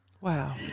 wow